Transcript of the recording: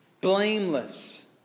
blameless